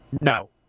No